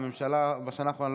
אז איפה הייתה הממשלה בשנה האחרונה?